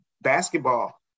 basketball